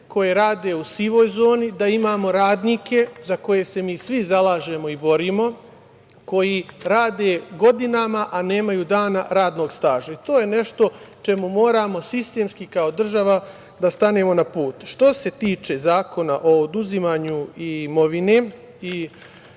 koje radi u sivoj zoni da imamo radnike, za koje se svi mi zalažemo i borimo, koji rade godinama, a nemaju dana radnog staža. To je nešto čemu moramo sistemski kao država da stanemo na put. Što se tiče Zakona o oduzimanju imovine